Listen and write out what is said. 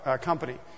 company